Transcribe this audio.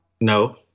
No